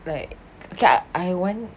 like okay I want